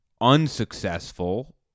unsuccessful